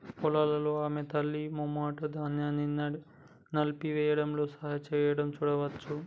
పొలాల్లో ఆమె తల్లి, మెమ్నెట్, ధాన్యాన్ని నలిపివేయడంలో సహాయం చేయడం చూడవచ్చు